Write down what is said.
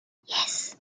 yes